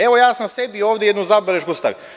Evo, ja sam sebi ovde jednu zabelešku stavio.